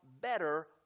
better